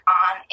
on